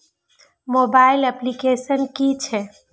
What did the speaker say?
Mobile application कि छै?